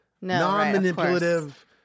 non-manipulative